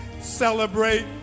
celebrate